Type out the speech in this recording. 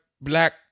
black